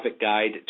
Guide